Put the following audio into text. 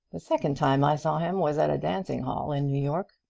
the second time i saw him was at a dancing-hall in new york.